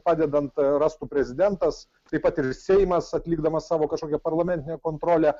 padedant rastų prezidentas taip pat ir seimas atlikdamas savo kažkokią parlamentinę kontrolę